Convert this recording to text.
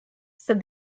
said